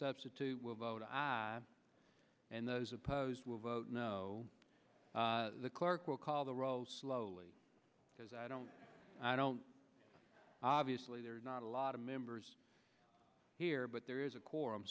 substitute will vote aye and those opposed will vote no the clerk will call the roll slowly because i don't i don't obviously there are not a lot of members here but there is a quorum